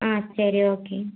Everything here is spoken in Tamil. ஆ சரி ஓகே